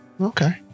Okay